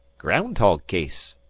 ground-hog case,